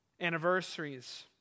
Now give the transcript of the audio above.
anniversaries